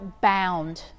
bound